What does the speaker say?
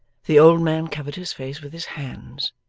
the old man covered his face with his hands,